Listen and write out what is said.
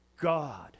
God